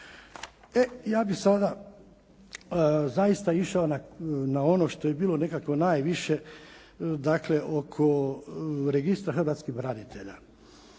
Ja bih sada zaista išao na ono što je bilo nekako najviše oko registra hrvatskih branitelja.